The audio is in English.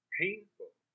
painful